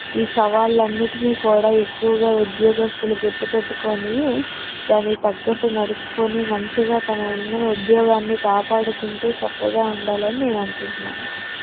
ఈ సవాళ్ళు అన్నిటినీ కూడా ఎక్కువగా ఉద్యోగస్తులు గుర్తుపెట్టుకుని దానికి తగ్గట్టు నడుచుకొని మంచిగా తన ఉన్న ఉద్యోగాన్ని కాపాడుకుంటూ చక్కగా ఉండాలని నేను అనుకుంటున్నాను